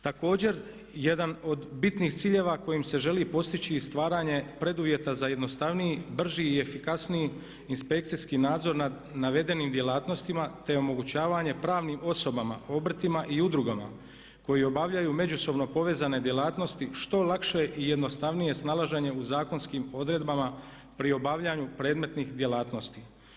Također jedan od bitnih ciljeva kojim se želi postići i stvaranje preduvjeta za jednostavniji, brži i efikasniji inspekcijski nadzor nad navedenim djelatnostima te omogućavanje pravnim osobama, obrtima i udrugama koji obavljaju međusobno povezane djelatnosti što lakše i jednostavnije snalaženje u zakonskim odredbama pri obavljanju predmetnih djelatnosti.